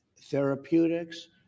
therapeutics